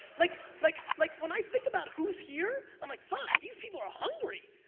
like like like when i think about who's here i'm like fuck these people are hungry,